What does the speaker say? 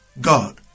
God